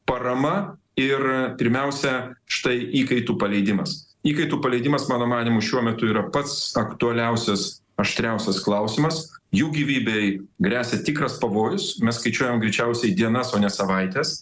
parama ir pirmiausia štai įkaitų paleidimas įkaitų paleidimas mano manymu šiuo metu yra pats aktualiausias aštriausias klausimas jų gyvybei gresia tikras pavojus mes skaičiuojam greičiausiai dienas o ne savaites